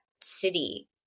city